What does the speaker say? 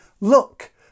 Look